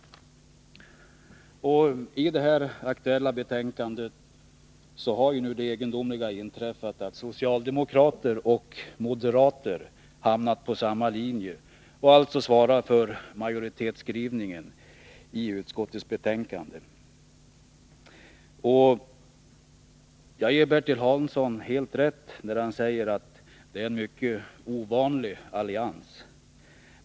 I det aktuella betänkandet har nu det egendomliga inträffat att socialdemokrater och moderater hamnat på samma linje och alltså svarar för majoritetsskrivningen. Jag ger Bertil Hansson helt rätt när han säger att det är en mycket ovanlig allians.